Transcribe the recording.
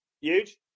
Huge